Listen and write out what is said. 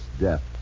death